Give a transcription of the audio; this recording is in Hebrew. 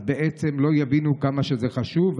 אז בעצם לא יבינו כמה זה חשוב.